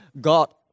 God